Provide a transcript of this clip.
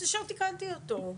אז ישר תיקנתי אותו.